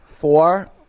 Four